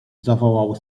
zawołał